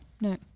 No